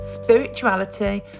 spirituality